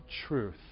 truth